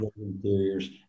interiors